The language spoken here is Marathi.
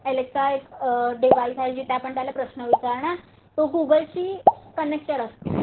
एलेक्सा एक डिवाईस आहे जिथे आपण त्याला प्रश्न विचारणार तो गुगलशी कनेक्टेड असतो